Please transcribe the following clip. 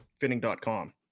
finning.com